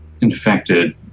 infected